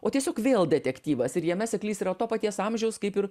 o tiesiog vėl detektyvas ir jame seklys yra to paties amžiaus kaip ir